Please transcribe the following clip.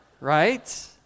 right